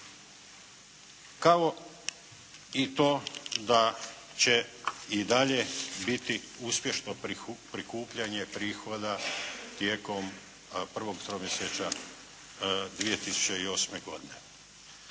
kao i to da će i dalje biti uspješno prikupljanje prihoda tijekom prvog tromjesječja 2008. godine.